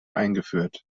eingeführt